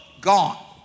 gone